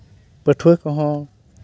ᱯᱟᱹᱴᱷᱩᱣᱟᱹ ᱠᱚᱦᱚᱸ